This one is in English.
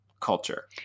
culture